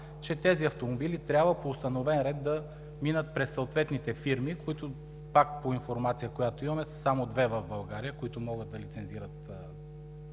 че тези автомобили трябва по установен ред да минат през съответните фирми, които, пак по информация, която имаме, са само две в България, които могат да лицензират